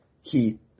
Heat